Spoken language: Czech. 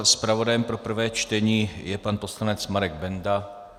Zpravodajem pro prvé čtení je pan poslanec Marek Benda.